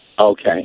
Okay